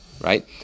right